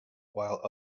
while